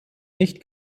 nicht